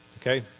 Okay